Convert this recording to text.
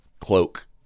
cloak